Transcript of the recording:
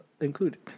included